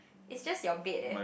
it's just your bed eh